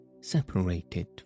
separated